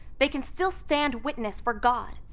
they can still stand witness for god.